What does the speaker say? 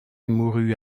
mourut